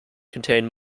contain